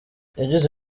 yagize